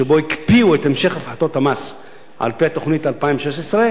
שהקפיאו את המשך הפחתות המס על-פי התוכנית ל-2016,